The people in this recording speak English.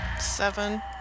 Seven